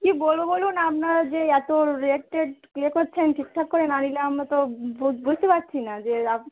কী বলব বলুন আপনারা যে এত রেট টেট ইয়ে করছেন ঠিকঠাক করে না নিলে আমরা তো বুঝ বুঝতে পারছি না যে আপ